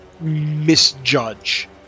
misjudge